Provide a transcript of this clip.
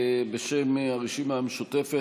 בשם הרשימה המשותפת,